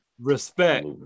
Respect